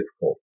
difficult